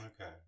Okay